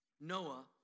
Noah